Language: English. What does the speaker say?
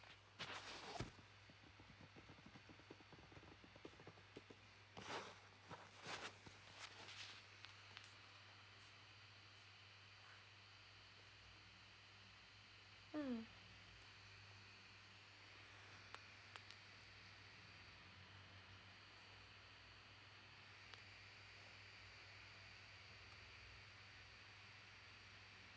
mm